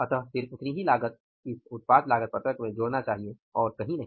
अतः सिर्फ उतनी ही लागत इस उत्पाद लागत पत्रक में जोड़ना चाहिए और कहीं नहीं